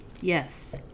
Yes